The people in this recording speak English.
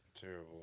Terrible